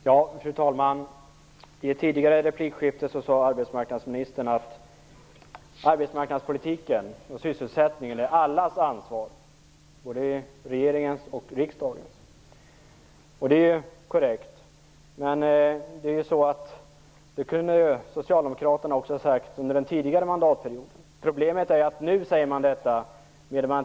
Fru talman! I ett tidigare replikskifte sade arbetsmarknadsministern att arbetsmarknadspolitiken och sysselsättningen är allas ansvar, både regeringens och riksdagens. Det är korrekt. Men det kunde socialdemokraterna också ha sagt under den tidigare mandatperioden. Problemet är att man säger detta nu.